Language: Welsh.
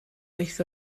wyth